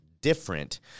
different